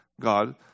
God